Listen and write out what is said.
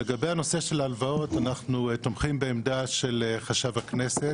אנחנו תומכים בעמדה של חשב הכנסת.